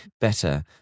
better